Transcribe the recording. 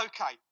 Okay